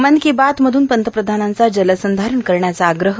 मन की बातमधून पंतप्रधानांचा जलसंधारण करण्याचा आग्रह